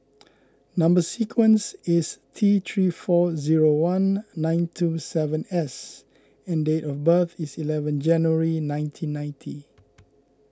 Number Sequence is T three four zero one nine two seven S and date of birth is eleven January nineteen ninety